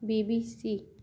BBC